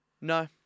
no